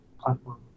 platform